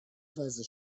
weise